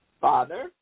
Father